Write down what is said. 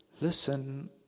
listen